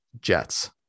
Jets